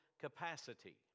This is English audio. capacity